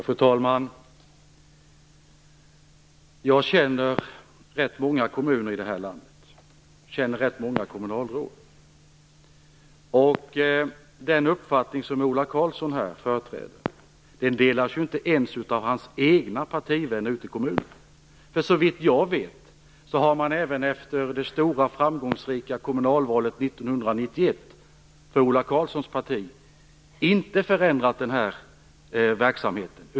Fru talman! Jag känner till ganska många kommuner i det här landet, och jag känner ganska många kommunalråd. Den uppfattning som Ola Karlsson här företräder delas inte ens av hans egna partivänner ute i kommunerna. Såvitt jag vet har man, även efter det för Ola Karlssons parti så framgångsrika kommunalvalet 1991, inte förändrat verksamheten.